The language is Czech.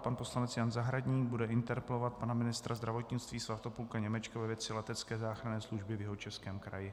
Pan poslanec Jan Zahradník bude interpelovat pana ministra zdravotnictví Svatopluka Němečka ve věci letecké záchranné služby v Jihočeském kraji.